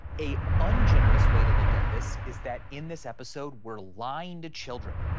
a ungenerous way to look at this is that in this episode, we're lying to children